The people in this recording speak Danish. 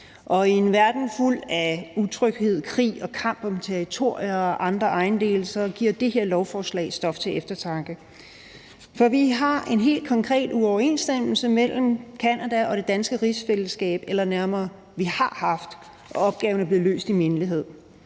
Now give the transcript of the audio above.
I en verden fuld af utryghed, krig og kamp om territorier og andre besiddelser, giver det her lovforslag stof til eftertanke. For vi har en helt konkret uoverensstemmelse mellem Canada og det danske rigsfællesskab – eller nærmere, det har vi har haft – og opgaven er blevet løst i mindelighed.